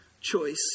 choice